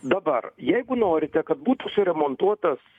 dabar jeigu norite kad būtų suremontuotas